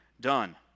done